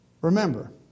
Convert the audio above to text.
Remember